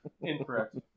Incorrect